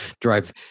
drive